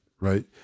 right